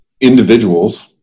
individuals